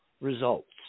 results